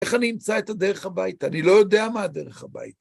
איך אני אמצא את הדרך הביתה? אני לא יודע מה הדרך הביתה.